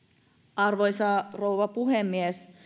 arvoisa rouva puhemies